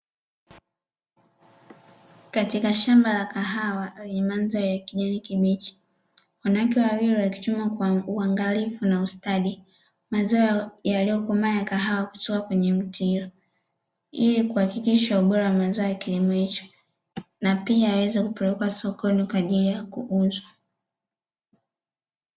Katika shamba la kahawa lenye mandhari ya kijani kibichi, wanawake wawili wakichuma kwa uangalifu na ustadi mazao yaliyokomaa ya kahawa kutoka kwenye mti hiyo ili kuhakikisha ubora wa mazao wa kilimo hicho na pia yaweze kupelekwa sokoni kwa ajili ya kuuzwa.